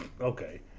Okay